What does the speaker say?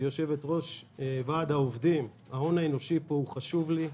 יושבת-ראש ועד העובדים: ההון האנושי פה חשוב לי.